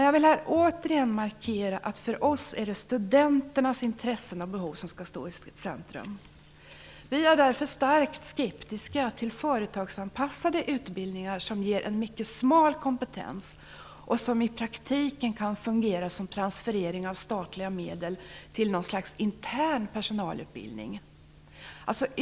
Jag vill återigen markera att för oss är det studenternas intressen och behov som skall stå i centrum. Vi är därför starkt skeptiska till företagsanpassade utbildningar som ger en mycket smal kompetens och som i praktiken kan fungera som en transferering av statliga medel till något slags intern personalutbildning.